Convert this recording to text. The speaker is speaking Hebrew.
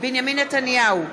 בנימין נתניהו,